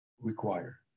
require